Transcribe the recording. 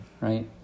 right